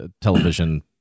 television